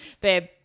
babe